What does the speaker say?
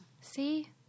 See